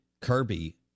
kirby